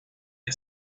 que